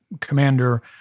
commander